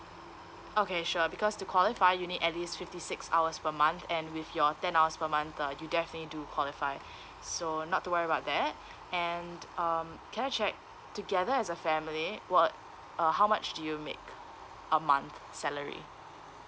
okay sure because to qualify you need at least fifty six hours per month and with your ten hours per month uh you definitely do qualify so not to worry about that and um can I check together as a family what uh how much do you make a month salary